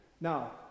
Now